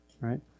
right